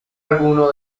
alguno